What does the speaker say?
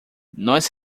nós